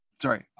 sorry